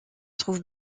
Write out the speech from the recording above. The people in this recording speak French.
trouve